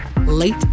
Late